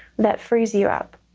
that frees you up.